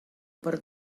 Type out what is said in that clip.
per